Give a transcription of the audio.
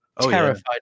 terrified